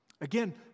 Again